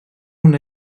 una